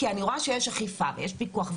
כי אני רואה שיש אכיפה ויש פיקוח,